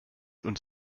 und